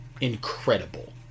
incredible